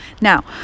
now